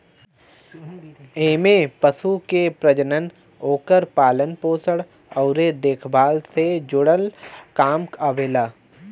एमे पशु के प्रजनन, ओकर पालन पोषण अउरी देखभाल से जुड़ल काम आवेला